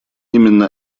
именно